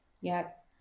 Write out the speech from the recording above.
Yes